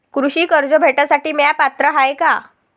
कृषी कर्ज भेटासाठी म्या पात्र हाय का?